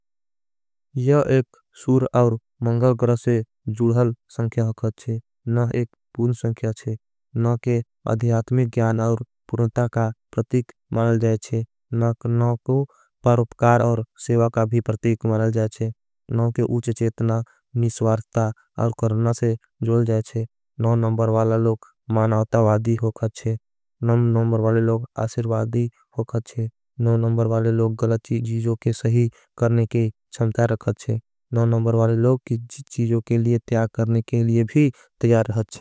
यह एक सूर और मंगल गरह से जुड़हल संख्या होगत है। नह एक पूर्ण संख्या होगत है नह के अध्यात्मिक ज्ञान। और पूर्णता का प्रतिक माल जाएँ है नह कोई परुपकार। और सेवा का भी प्रतिक माल जाएँ है नह के उच्छे चेतना। निस्वार्थ का पर्तिक माल जाएँ चेतने से ज़ुल जाढहचे नौ। नमबर वाल लोग मणातवादी होगत हैं नौनबर वाले लोग। आशेरवादी होगत हैं नमबर वाले लोग गलत चीजों के। सही करने के चमता रखत छे नमबर वाले लोग की। चीजों के लिए त्याग करने के लिए भी त्याग रहत छे।